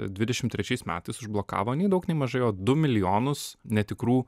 dvidešim trečiais metais užblokavo nei daug nei mažai o du milijonus netikrų